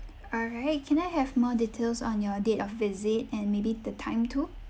all right can I have more details on your date of visit and maybe the time too